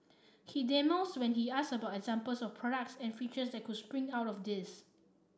he demurs when he asked about examples of products and features that could spring out of this